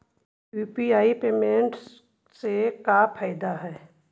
UPI payment से का फायदा है?